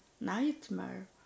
nightmare